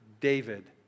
David